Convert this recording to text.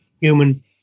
human